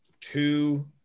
two